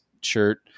shirt